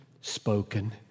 spoken